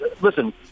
listen